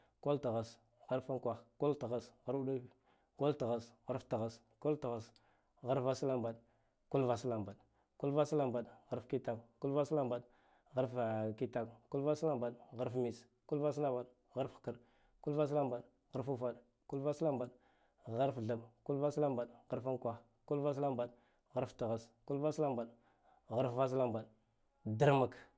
Kulthass harf unkwal kul thass harf udif kulthass harf thass kul thass harf vaslambaɗe kid vaslambaɗe kul vaslambaɗe harf kitaku kulvas lambd harf mits kul vaslambad harf hkarɗ kul vaslambeɗ harf ufaɗ kul vaslambad harf ufaɗ kul vaslambad harf thaɓɓ kul vaslambaɗ harf unkwah kul falam baɗ harf thass kul vaslambad harf vaslambad drak